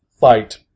fight